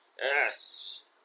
Yes